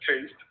taste